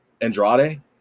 Andrade